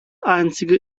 einzige